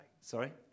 Sorry